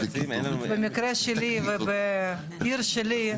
במקרה שלי ובעיר שלי,